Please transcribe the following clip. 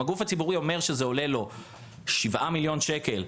אם הגוף הציבורי אומר שזה עולה לו 7 מיליון שקלים,